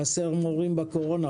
חסרים מורים בקורונה,